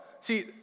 see